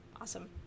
Awesome